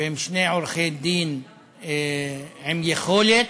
והם שני עורכי-דין עם יכולת,